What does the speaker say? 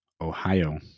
Ohio